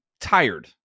tired